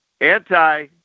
anti